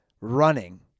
running